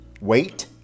Wait